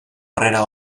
harrera